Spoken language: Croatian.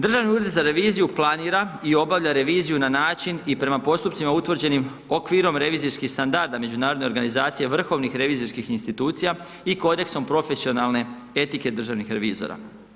Državni ured za reviziju planira i obavlja reviziju na način i prema postupcima utvrđenim okvirom revizijskih standarda međunarodne organizacije, vrhovnih revizijskih institucija i kodeksom profesionalne etike državnih revizora.